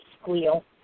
squeal